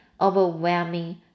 overwhelming